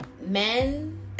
men